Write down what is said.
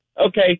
Okay